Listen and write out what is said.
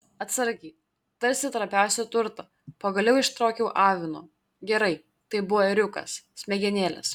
atsargiai tarsi trapiausią turtą pagaliau ištraukiau avino gerai tai buvo ėriukas smegenėles